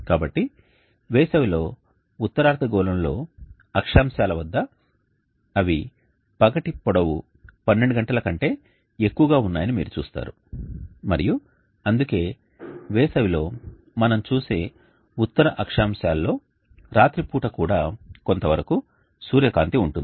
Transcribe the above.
కాబట్టి వేసవిలో ఉత్తర అర్ధగోళంలో అక్షాంశాల వద్ద అవి పగటి పొడవు 12 గంటల కంటే ఎక్కువగా ఉన్నాయని మీరు చూస్తారు మరియు అందుకే వేసవిలో మనం చూసే ఉత్తర అక్షాంశాలలో రాత్రిపూట కూడా కొంతవరకు సూర్యకాంతి ఉంటుంది